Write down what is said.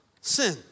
sin